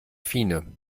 fine